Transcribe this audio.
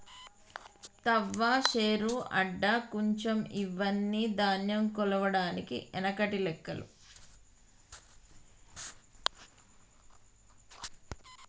తవ్వ, శేరు, అడ్డ, కుంచం ఇవ్వని ధాన్యం కొలవడానికి ఎనకటి లెక్కలు